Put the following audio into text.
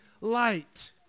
light